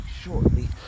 shortly